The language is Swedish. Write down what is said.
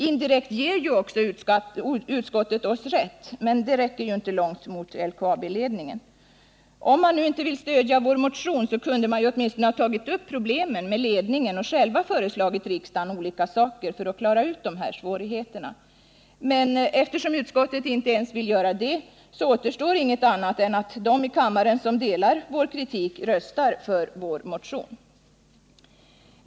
Indirekt ger ju också utskottet oss rätt, men det räcker inte långt mot LKAB-ledningen. Om utskottet inte vill stödja vår motion kunde man åtminstone själv tagit upp problemen med ledningen och föreslagit riksdagen olika åtgärder för att klara ut svårigheterna. Men eftersom utskottet inte vill göra ens detta, återstår inget annat än att de i kammaren som delar vår kritik röstar för vår motion.